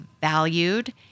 valued